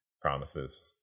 promises